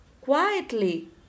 quietly